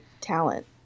talent